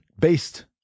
based